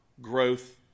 growth